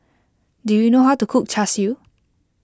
do you know how to cook Char Siu